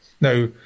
Now